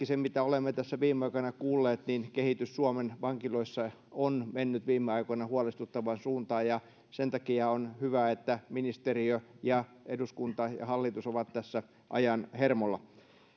sen perusteella mitä olemme tässä viime aikoina kuulleet kehitys suomen vankiloissa on mennyt viime aikoina huolestuttavaan suuntaan ja sen takia on hyvä että ministeriö ja eduskunta ja hallitus ovat tässä ajan hermolla